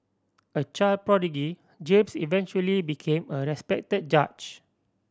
a child prodigy James eventually became a respected judge